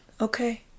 Okay